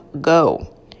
go